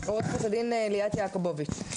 עורכת הדין ליאת יעקובוביץ.